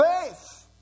faith